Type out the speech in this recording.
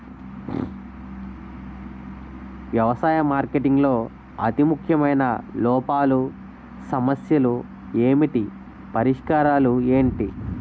వ్యవసాయ మార్కెటింగ్ లో అతి ముఖ్యమైన లోపాలు సమస్యలు ఏమిటి పరిష్కారాలు ఏంటి?